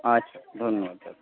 আচ্ছা ধন্যবাদ দাদা